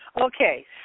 Okay